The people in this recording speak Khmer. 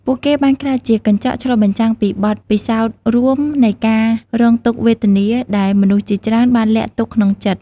ពួកគេបានក្លាយជា កញ្ចក់ឆ្លុះបញ្ចាំង ពីបទពិសោធន៍រួមនៃការរងទុក្ខវេទនា ដែលមនុស្សជាច្រើនបានលាក់ទុកក្នុងចិត្ត។